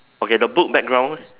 okay the book background leh